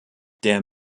der